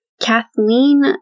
Kathleen